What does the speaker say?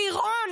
ליראון,